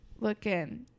looking